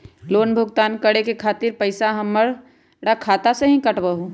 Loan भुगतान करे के खातिर पैसा हमर खाता में से ही काटबहु का?